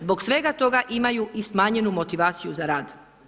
Zbog svega toga imaju i smanjenu motivaciju za rad.